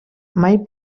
mai